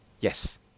Yes